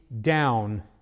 down